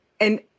And-